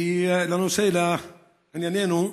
ולנושא, לענייננו: